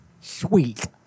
Sweet